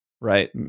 right